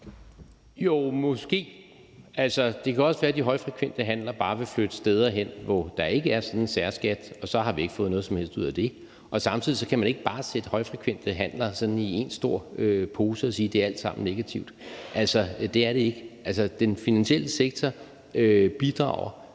Jo, måske. Det kan også være, at de højfrekvente handler bare vil flytte steder hen, hvor der ikke er sådan en særskat, og så har vi ikke fået noget som helst ud af det. Samtidig vil jeg sige, at man ikke bare kan lægge højfrekvente handler i en stor pose og sige, at det alt sammen er negativt. Det er det ikke. Den finansielle sektor bidrager